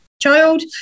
child